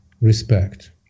respect